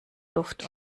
luft